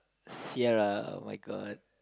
Sierra